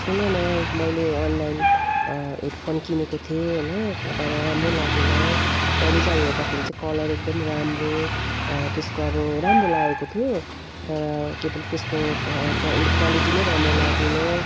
सुन न यी मैले अनलाइन हेड फोन किनेको थिएँ होइन के तर राम्रो लागेन मैले चाहिँ अब हेर्दाखेरि चाहिँ कलर एकदमै राम्रो त्यसको अब राम्रो लागेको थियो तर के भन्छ त्यसको के के यो क्वालिटी नै राम्रो लागेन